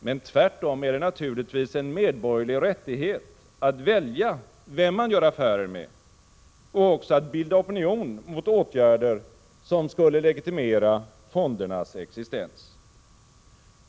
Men tvärtom är det naturligtvis en medborgerlig rättighet att välja vem man gör affärer med och också att bilda opinion mot åtgärder som skulle legitimera fondernas existens.